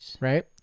right